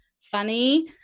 funny